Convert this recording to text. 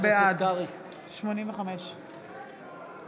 בעד הסתיימה ההצבעה.